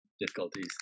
difficulties